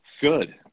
Good